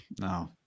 No